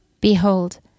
Behold